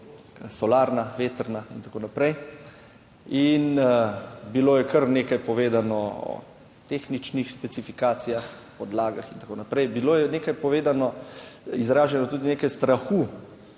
solarna, vetrna in tako naprej in bilo je kar nekaj povedano o tehničnih specifikacijah, podlagah in tako naprej. Bilo je nekaj povedano, izraženo, tudi nekaj strahu